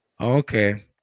okay